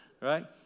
Right